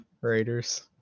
Raiders